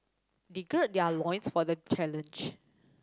they gird their loins for the challenge